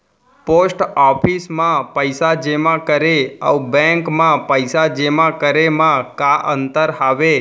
post office मा पइसा जेमा करे अऊ बैंक मा पइसा जेमा करे मा का अंतर हावे